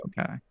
okay